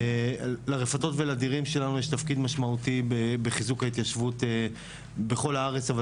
לרפתות ולדירים שלנו יש תפקיד משמעותי בחיזוק ההתיישבות בכל הארץ,